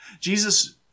Jesus